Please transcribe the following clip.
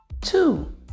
Two